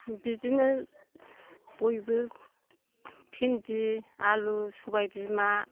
बिदिनो बयबो भिन्दि आलु सबाय बिमा